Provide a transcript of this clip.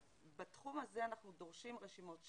בתחום הזה אנחנו דורשים רשימות שמיות.